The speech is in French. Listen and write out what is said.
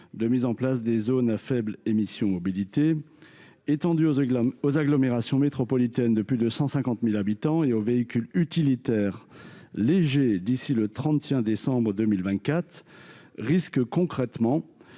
de mettre en place des zones à faibles émissions mobilité aux agglomérations métropolitaines de plus de 150 000 habitants et aux véhicules utilitaires légers d'ici au 31 décembre 2024, qui n'a fait